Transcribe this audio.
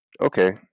Okay